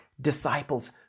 disciples